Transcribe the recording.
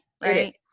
right